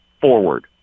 forward